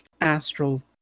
astral